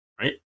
right